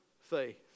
faith